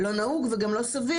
לא נהוג וגם לא סביר,